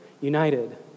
united